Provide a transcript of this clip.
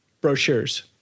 brochures